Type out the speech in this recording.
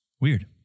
Weird